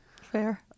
Fair